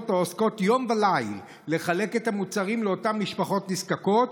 העוסקות יום וליל בחלוקת המוצרים לאותן משפחות נזקקות,